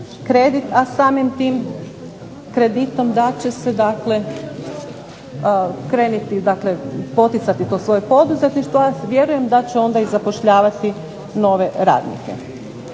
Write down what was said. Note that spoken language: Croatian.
A samim tim kreditom da će se krenuti poticati to svoje poduzetništvo, a vjerujem da će onda zapošljavati nove radnike.